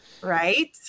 right